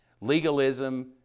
legalism